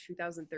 2013